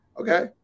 Okay